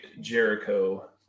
Jericho